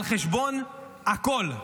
על חשבון הכול,